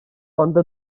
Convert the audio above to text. ânda